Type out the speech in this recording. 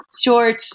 Short